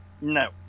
No